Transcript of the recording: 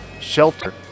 shelter